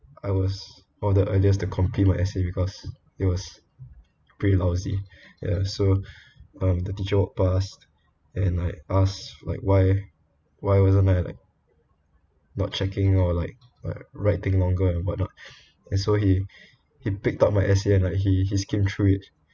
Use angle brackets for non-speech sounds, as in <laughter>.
I was out of the ideas to complete my essay because it was pretty lousy <breath> ya so <breath> um the teacher walked past and I ask like why why wasn't like not checking or like like writing longer or whatnot <breath> and so he he picked up my essay and like he he skimmed through it